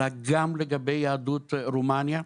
אלא גם לגבי יהדות רומניה,